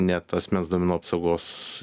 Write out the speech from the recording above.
net asmens duomenų apsaugos